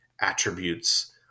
attributes